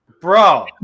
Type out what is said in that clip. Bro